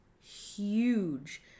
huge